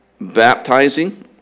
baptizing